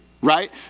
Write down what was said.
right